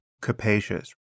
capacious